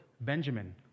Benjamin